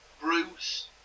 Bruce